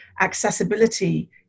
accessibility